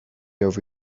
over